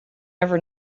never